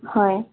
হয়